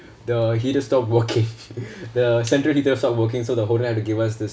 the heater stop working the central heater stop working so the owner had to give us this